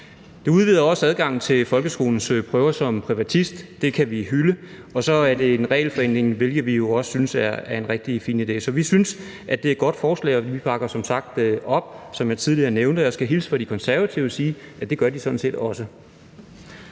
Det udvider også adgangen til folkeskolens prøver som privatist. Det kan vi hylde, og så er det en regelforenkling, hvilket vi jo også synes er en rigtig fin idé, så vi synes, det er et godt forslag, og vi bakker som sagt op, som jeg tidligere nævnte. Og jeg skal hilse fra De Konservative og sige, at det gør de sådan set også.